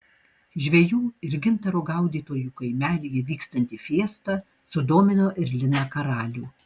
žvejų ir gintaro gaudytojų kaimelyje vykstanti fiesta sudomino ir liną karalių